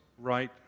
right